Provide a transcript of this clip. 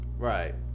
right